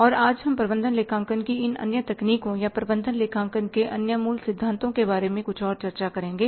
और आज हम प्रबंधन लेखांकन की अन्य तकनीकों या प्रबंधन लेखांकन के अन्य मूल सिद्धांतों के बारे में कुछ और चर्चा करेंगे